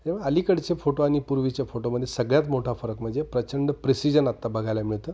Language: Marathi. तेव्हा अलीकडचे फोटो आणि पूर्वीच्या फोटोमध्ये सगळ्यात मोठा फरक म्हणजे प्रचंड प्रिसिजन आत्ता बघायला मिळतं